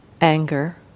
anger